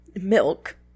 Milk